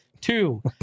Two